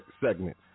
segment